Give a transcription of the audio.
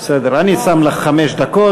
בסדר, אני שם לך חמש דקות.